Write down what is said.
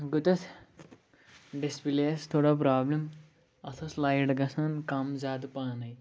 گوٚو تَتھ ڈِسپٕلے یَس تھوڑا پرٛابلِم اَتھ ٲس لایٹ گَژھان کَم زیادٕ پانَے